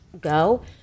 go